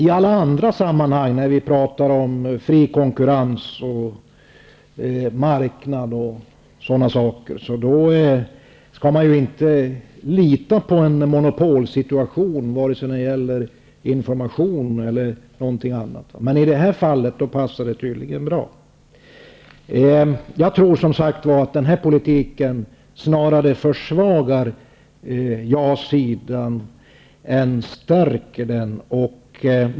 I alla andra sammanhang när man talar om fri konkurrens, marknad och sådant skall man vara misstänksam mot en monopolsituation, när det gäller information eller någonting annat, men i det här fallet passar det tydligen bra. Jag tror, som sagt, att den här politiken snarare försvagar ja-sidan än stärker den.